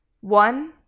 One